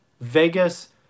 Vegas